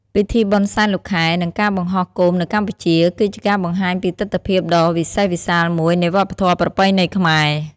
ពិធីបុណ្យសែនលោកខែ និងការបង្ហោះគោមនៅកម្ពុជា គឺជាការបង្ហាញពីទិដ្ឋភាពដ៏វិសេសវិសាលមួយនៃវប្បធម៌ប្រពៃណីខ្មែរ។